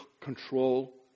control